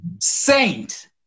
Saint